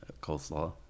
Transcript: coleslaw